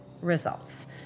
results